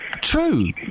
true